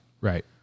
Right